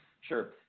Sure